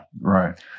Right